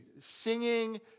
singing